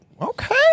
Okay